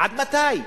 עד מתי?